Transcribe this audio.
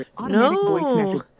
No